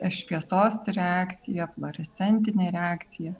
šviesos reakcija fluorescentinė reakcija